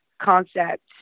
concept